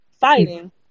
fighting